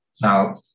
Now